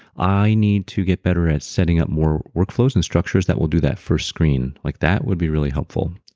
i need to get better at setting up more workflows and structures that we'll do that first screen, like that would be really helpful.